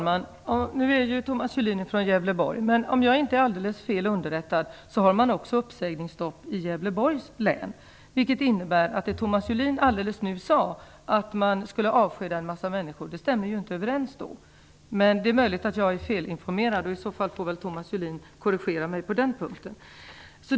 Fru talman! Thomas Julin är från Gävleborgs län, och om jag inte är felunderrättad har man uppsägningsstopp också där. Det innebär att det han nyss sade om att man skulle avskeda en massa människor inte stämmer. Men det är möjligt att jag är felinformerad, och i så fall får Thomas Julin korrigera mig på den punkten.